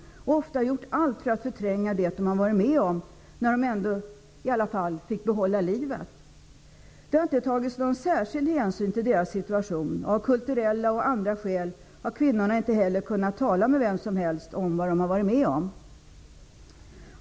Ofta har de gjort allt för att förtränga det som de har varit med om, när de nu i alla fall fått behålla livet. Det har inte tagits någon särskild hänsyn till deras situation. Av bl.a. kulturella skäl har kvinnorna inte heller kunnat tala med vem som helst om vad de har varit med om.